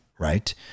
Right